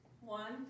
One